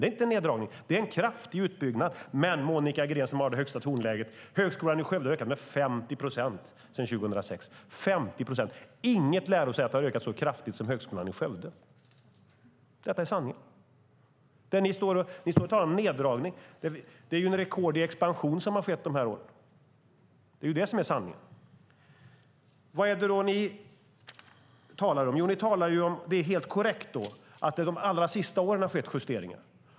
Det är inte en neddragning, utan det är en kraftig utbyggnad. Men Högskolan i Skövde, Monica Green, som har det högsta tonläget, har ökat med 50 procent sedan 2006. Inget lärosäte har ökat så kraftigt som Högskolan i Skövde. Detta är sanningen. Ni står och talar om neddragningar. Men det är ju ett rekord i expansion som har skett under de här åren - det är sanningen. Vad är det ni talar om? Det är helt korrekt att det under de allra sista åren har skett justeringar.